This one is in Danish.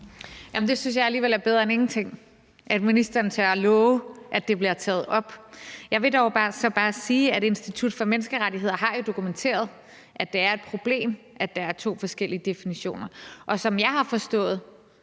Det synes jeg alligevel er bedre end ingenting, altså at ministeren tør love, at det bliver taget op. Jeg vil dog så bare sige, at Institut for Menneskerettigheder jo har dokumenteret, at det er et problem, at der er to forskellige definitioner, og som jeg har forstået